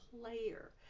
player